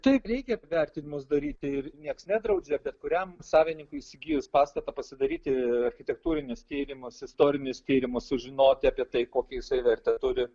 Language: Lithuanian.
taip reikia vertinimus daryti ir nieks nedraudžia bet kuriam savininkui įsigijus pastatą pasidaryti architektūrinius tyrimus istorinius tyrimus sužinoti apie tai kokią jisai vertę turi